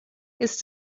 his